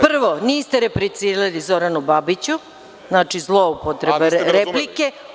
Prvo, niste replicirali Zoranu Babiću, znači, zloupotreba replike.